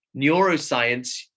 neuroscience